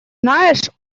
знаешь